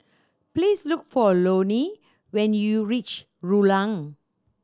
please look for Loney when you reach Rulang